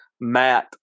Matt